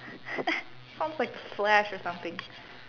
sounds like the flash or something